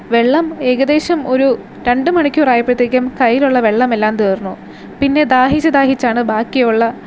വെള്ളം ഏകദേശം ഒരു രണ്ട് മണിക്കൂറായപ്പോഴത്തേക്കും കൈയ്യിലുള്ള വെള്ളമെല്ലാം തീർന്നു പിന്നെ ദാഹിച്ച് ദാഹിച്ചാണ് ബാക്കിയുള്ള